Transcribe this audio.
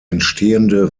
entstehende